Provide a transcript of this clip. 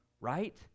right